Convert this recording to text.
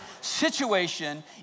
situation